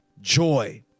Joy